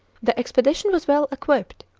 the expedition was well equipped,